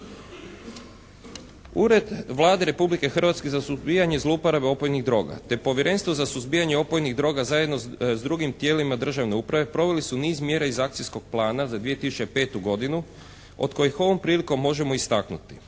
Ured Vlade Republike Hrvatske za suzbijanje zlouporabe opojnih droga te povjerenstvo za suzbijanje opojnih droga zajedno s drugim tijelima državne uprave proveli su niz mjera iz Akcijskog plana za 2005. godinu od kojih ovom prilikom možemo istaknuti